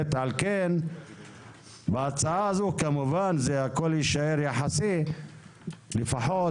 ולכן בהצעה הזאת - כמובן הכול יישאר יחסי - לפחות